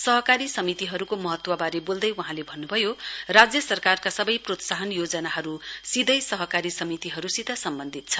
सहकारी समितिहरूको महत्वबारे बोल्दै वहाँले भन्नुभयो राज्य सरकारका सबै प्रोत्साहन योजनाहरू सीधै सहकारी समितिहरूसित सम्वन्धित छन्